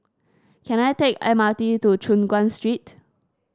can I take the M R T to Choon Guan Street